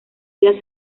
día